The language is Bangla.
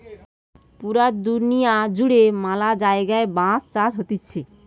পুরা দুনিয়া জুড়ে ম্যালা জায়গায় বাঁশ চাষ হতিছে